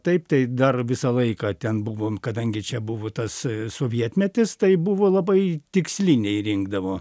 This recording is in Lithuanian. taip tai dar visą laiką ten buvom kadangi čia buvo tas sovietmetis tai buvo labai tiksliniai rinkdavo